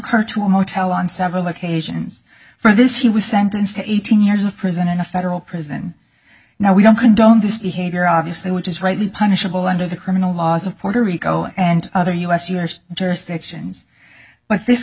her to a motel on several occasions for this he was sentenced to eighteen years of prison in a federal prison now we don't condone this behavior obviously which is rightly punishable under the criminal laws of puerto rico and other u s years jurisdictions but this